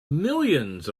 millions